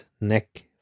neck